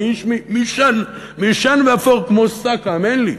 אני איש מיושן ואפור כמו שק, האמן לי.